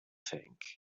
tank